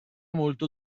molto